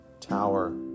tower